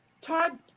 Todd